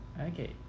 Okay